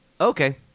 Okay